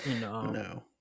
No